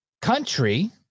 country